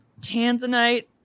Tanzanite